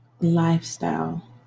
lifestyle